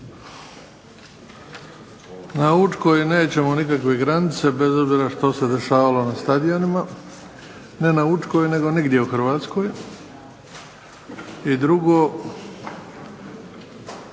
Na Učkoj nećemo nikakve granice bez obzira što se dešavalo na stadionima. Ne na Učkoj nego nigdje u Hrvatskoj. I drugo,